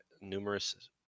numerous